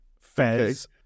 Fez